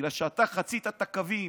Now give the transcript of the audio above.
בגלל שאתה חצית את הקווים.